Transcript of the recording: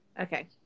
okay